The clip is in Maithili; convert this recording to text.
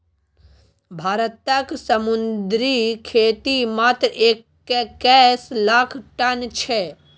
भारतक समुद्री खेती मात्र एक्कैस लाख टन छै